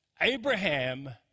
Abraham